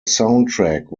soundtrack